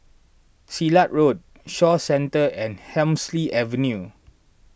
Silat Road Shaw Centre and Hemsley Avenue